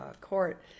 court